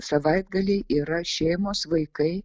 savaitgaliai yra šeimos vaikai